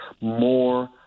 more